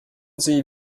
sie